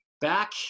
back